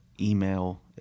email